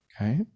okay